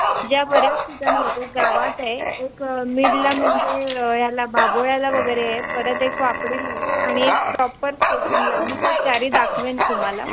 ज्या बऱ्याच ठिकाणी आहेत एक गावात आहे एक मीडला म्हणजे ह्याला बाबोळ्याला वगैरे आहे परत एक पापडीला आहे आणि एक प्रॉपर स्टेशनला आहे मी त्या चारही दाखवेन तुम्हाला